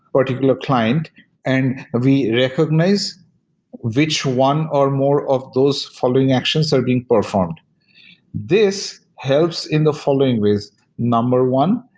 particular client and we recognize which one or more of those following actions are being performed this helps in the following ways number one,